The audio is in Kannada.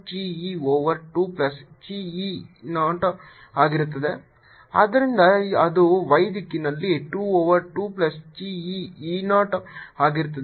E E0 P20E0 e2eE0y 22eE0y D1e0E 2 1e2e0E0y ಆದ್ದರಿಂದ ಇದು y ದಿಕ್ಕಿನಲ್ಲಿ 2 over 2 plus chi e E 0 ಆಗಿರುತ್ತದೆ